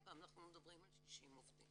עוד פעם, אנחנו מדברים על 60 עובדים.